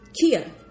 Kia